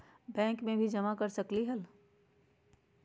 Bank में भी जमा कर सकलीहल?